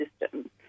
system